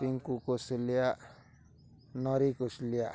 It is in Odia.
ଟିକୁ କୁଶୁଲିଆ ନରି କୁଶୁଲିଆ